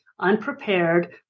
unprepared